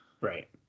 Right